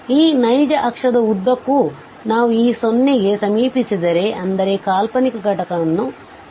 ಆದ್ದರಿಂದ ಈ ನೈಜ ಅಕ್ಷದ ಉದ್ದಕ್ಕೂ ನಾವು ಈ 0 ಕ್ಕೆ ಸಮೀಪಿಸಿದರೆ ಅಂದರೆ ಕಾಲ್ಪನಿಕ ಘಟಕವನ್ನು ನಿವಾರಿಸಲಾಗಿದೆ